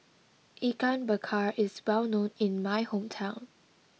Ikan Bakar is well known in my hometown